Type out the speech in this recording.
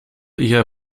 ihrer